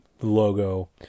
logo